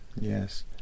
Yes